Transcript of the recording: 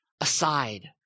aside